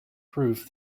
proof